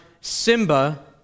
Simba